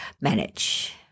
manage